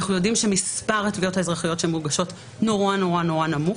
אנחנו יודעים שמספר התביעות האזרחיות שמוגשות נורא נמוך.